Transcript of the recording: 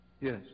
Yes